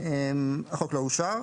החוק לא אושר.